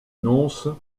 annonces